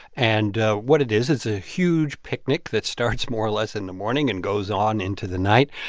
and what it is is a huge picnic that starts more or less in the morning and goes on into the night,